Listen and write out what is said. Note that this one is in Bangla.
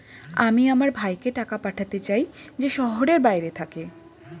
আমি আমার ভাইকে টাকা পাঠাতে চাই যে শহরের বাইরে থাকে